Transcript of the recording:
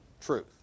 truth